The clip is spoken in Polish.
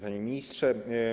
Panie Ministrze!